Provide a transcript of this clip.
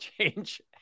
change